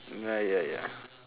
ya ya ya